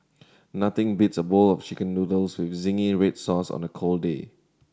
nothing beats a bowl of Chicken Noodles with zingy red sauce on a cold day